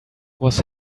was